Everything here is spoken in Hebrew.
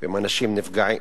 ועם אנשים שנפגעים